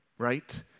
right